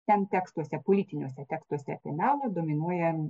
ten tekstuose politiniuose tekstuose apie melą dominuoja